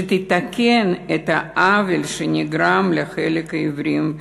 שתתקן את העוול שנגרם לחלק מהעיוורים.